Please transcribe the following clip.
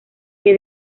que